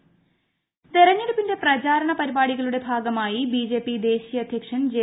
P Nadda തെരഞ്ഞെടുപ്പിന്റെ പ്രച്ചാര്യണ പരിപാടികളുടെ ഭാഗമായി ബിജെപി ദേശീയ അദ്ധ്യക്ക്ഷ്ൻ ജെ